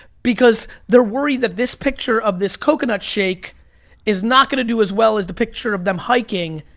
because they're worried that this picture of this coconut shake is not gonna do as well as the picture of them hiking.